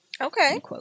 Okay